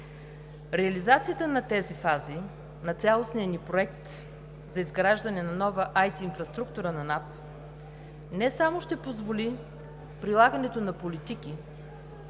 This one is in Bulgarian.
Реализацията на тези фази на цялостния ни проект за изграждане на нова АТ инфраструктура на НАП не само ще позволи прилагането на политики,